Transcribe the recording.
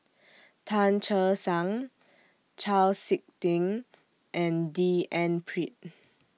Tan Che Sang Chau Sik Ting and D N Pritt